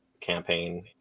campaign